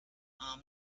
arm